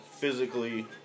Physically